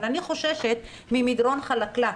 אבל אני חוששת ממדרון חלקלק,